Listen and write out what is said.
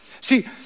See